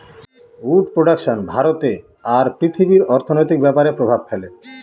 would production ভারতে আর পৃথিবীর অর্থনৈতিক ব্যাপরে প্রভাব ফেলে